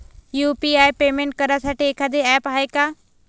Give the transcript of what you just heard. UPI payment करासाठी एखांद app हाय का?